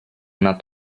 una